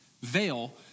veil